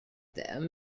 them